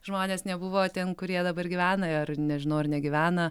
žmonės nebuvo ten kur jie dabar gyvena ar nežinau ar negyvena